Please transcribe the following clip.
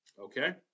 Okay